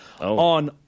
on